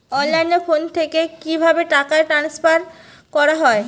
অনলাইনে ফোন থেকে কিভাবে টাকা ট্রান্সফার করা হয়?